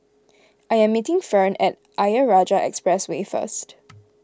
I am meeting Ferne at Ayer Rajah Expressway first